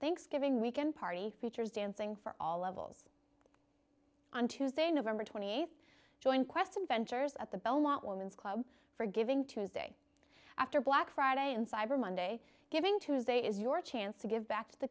thanksgiving weekend party features dancing for all levels on tuesday november twenty eighth join quest adventures at the belmont women's club for giving tuesday after black friday and cyber monday giving tuesday is your chance to give back to the